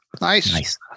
Nice